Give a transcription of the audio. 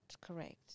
correct